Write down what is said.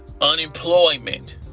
unemployment